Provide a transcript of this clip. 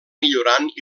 millorant